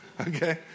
okay